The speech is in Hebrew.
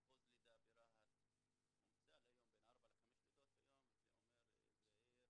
אחוז לידה ברהט בממוצע ליום בין ארבע לחמש לידות וזה אומר שזו עיר